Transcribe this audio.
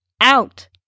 out